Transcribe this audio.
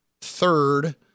Third